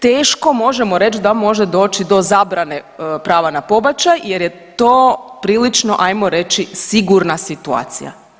Teško možemo reći da može doći do zabrane prava na pobačaj jer je to prilično, ajmo reći sigurna situacija.